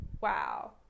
Wow